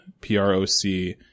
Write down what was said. P-R-O-C